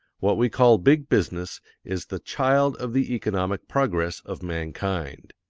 what we call big business is the child of the economic progress of mankind.